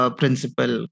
principle